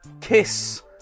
Kiss